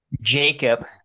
Jacob